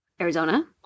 Arizona